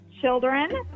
children